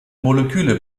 moleküle